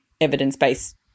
evidence-based